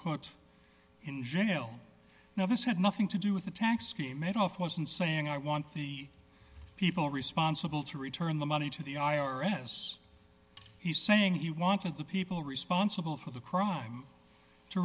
put in jail now this had nothing to do with the tax scheme it off wasn't saying i want the people responsible to return the money to the i r s he's saying he wanted the people responsible for the crime to